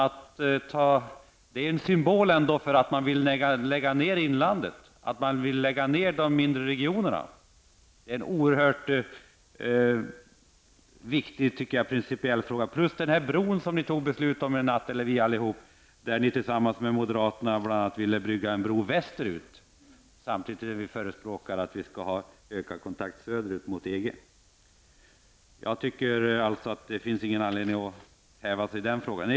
Inlandsbanan är en symbol för att ni vill lägga ner servicen i inlandet, dvs. de mindre regionerna. Jag tycker att det är en oerhört viktig principiell fråga. Vidare har vi bron som vi alla fattade beslut om i natt. Socialdemokraterna vill tillsammans med moderaterna bygga en bro västerut. Samtidigt är ni förespråkare för en ökad kontakt söderut mot EG. Ni har alltså ingen anledning att förhäva er sig i den frågan.